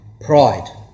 pride